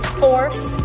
force